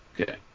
Okay